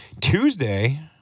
Tuesday